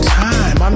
time